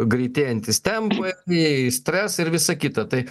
greitėjantys tempai anei stresai ir visa kita tai